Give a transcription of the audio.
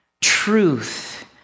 truth